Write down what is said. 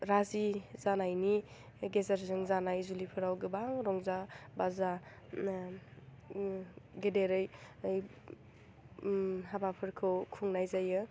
राजि जानायनि गेजेरजों जानाय जुलिफ्राव गोबां रंजा बाजा उमनाम गेदेरै हाबाफोरखौ खुंनाय जायो